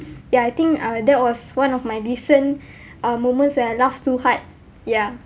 ya I think uh that was one of my recent uh moments when I laughed too hard ya